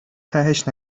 تهش